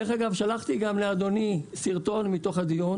דרך אגב, שלחתי גם לאדוני סרטון מתוך הדיון